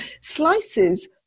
slices